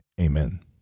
amen